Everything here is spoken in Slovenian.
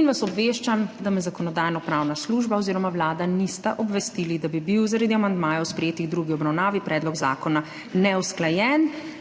in vas obveščam, da me Zakonodajno-pravna služba oziroma Vlada nista obvestili, da bi bil zaradi amandmajev, sprejetih v drugi obravnavi, predlog zakona neusklajen,